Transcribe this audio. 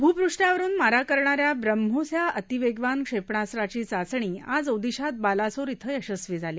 भूपृष्ठावरुन मारा करणा या ब्रह्योस या अतिवेगवान क्षेपणास्त्राची चाचणी आज ओदिशात बालासोर धिं यशस्वी झाली